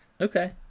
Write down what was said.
Okay